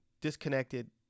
disconnected